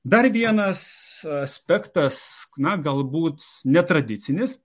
dar vienas aspektas na galbūt netradicinis